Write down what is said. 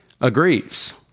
agrees